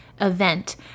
event